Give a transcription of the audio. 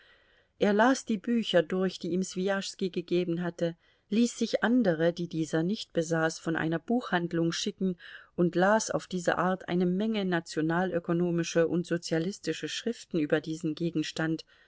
er las die bücher durch die ihm swijaschski gegeben hatte ließ sich andere die dieser nicht besaß von einer buchhandlung schicken und las auf diese art eine menge nationalökonomische und sozialistische schriften über diesen gegenstand